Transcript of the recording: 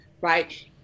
right